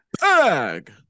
bag